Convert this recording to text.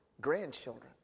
grandchildren